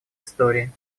истории